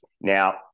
Now